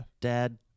dad